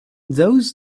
those